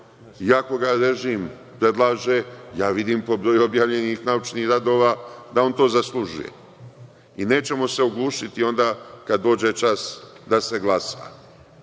iako ga režim predlaže, vidim po broju objavljenih naučnih radova da on to zaslužuje. Nećemo se oglušiti onda kada dođe čas da se glasa.